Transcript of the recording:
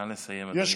נא לסיים, אדוני.